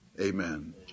amen